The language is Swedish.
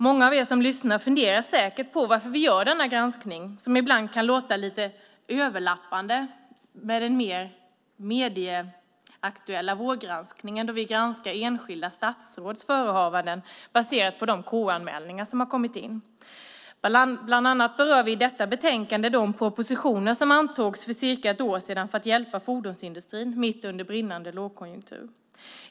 Många av er som lyssnar funderar säkert på varför vi gör denna granskning som ibland kan framstå som lite överlappande den mer medieaktuella vårgranskningen då vi granskar enskilda statsråds förehavanden baserat på de KU-anmälningar som har kommit in. Bland annat berör vi i detta betänkande de propositioner som antogs för cirka ett år sedan för att hjälpa fordonsindustrin mitt under brinnande lågkonjunktur.